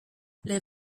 les